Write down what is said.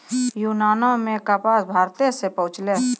यूनानो मे कपास भारते से पहुँचलै